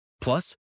Plus